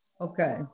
okay